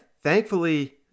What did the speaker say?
thankfully